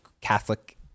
Catholic